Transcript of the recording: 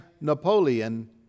Napoleon